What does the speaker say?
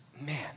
Man